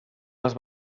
les